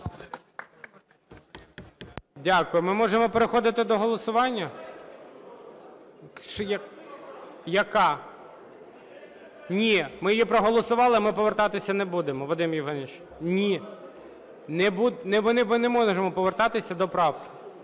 Дякую. Ми можемо переходити до голосування? Яка? Ні. Ми її проголосували, ми повертатися не будемо, Вадиме Євгеновичу. Ні. Ми не можемо повертатися до правки.